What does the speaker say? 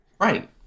right